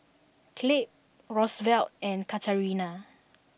Clabe Rosevelt and Katarina